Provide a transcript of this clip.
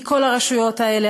מכל הרשויות האלה,